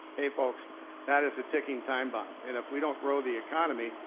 hey folks that is a ticking time bomb. and if we don't grow the economy,